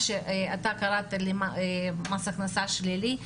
מה שאתה קראת "מס הכנסה שלילי",